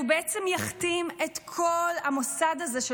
הוא בעצם יכתים את כל המוסד הזה של